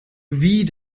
wie